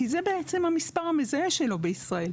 כי זה בעצם המספר המזהה שלו בישראל.